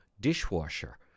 dishwasher